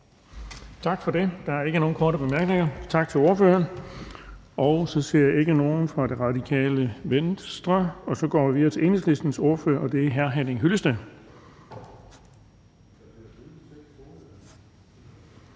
Tak for det. Der er ikke nogen korte bemærkninger. Tak til ordføreren. Så ser jeg ikke nogen fra Radikale Venstre, og så går vi videre til Enhedslistens ordfører, og det er hr. Henning Hyllested.